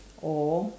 or